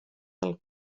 del